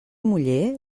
muller